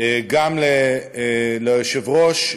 גם ליושב-ראש,